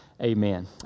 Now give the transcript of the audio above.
Amen